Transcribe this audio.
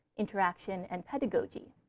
interaction, and pedagogy.